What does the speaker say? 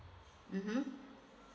mmhmm